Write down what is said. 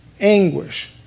Anguish